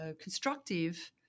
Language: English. constructive